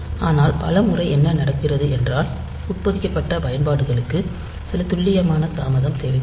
ஆனால் பல முறை என்ன நடக்கிறது என்றால் உட்பொதிக்கப்பட்ட பயன்பாடுகளுக்கு சில துல்லியமான தாமதம் தேவைப்படும்